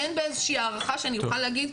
כן באיזושהי הערכה שאני אוכל להגיד,